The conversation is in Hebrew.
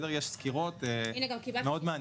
יש לנו סקירות מאוד מעניינות.